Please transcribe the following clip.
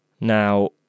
Now